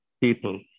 people